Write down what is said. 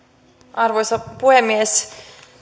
arvoisa puhemies